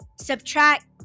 subtract